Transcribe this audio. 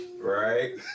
right